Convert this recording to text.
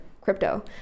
crypto